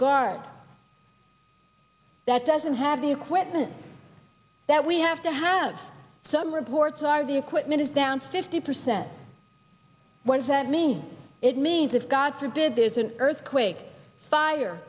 guard that doesn't have the equipment that we have to have some reports are the equipment is down fifty percent ones that means it means if god forbid there's an earthquake fire